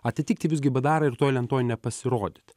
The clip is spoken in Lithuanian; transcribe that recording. atitikti visgi bdarą ir toj lentoj nepasirodyt